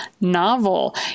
novel